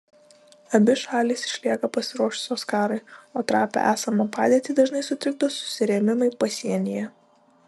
abi šalys išlieka pasiruošusios karui o trapią esamą padėtį dažnai sutrikdo susirėmimai pasienyje